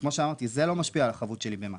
כמו שאמרתי, זה לא משפיע על החבות שלי במס.